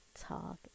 talk